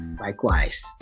Likewise